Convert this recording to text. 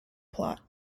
plot